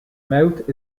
mouth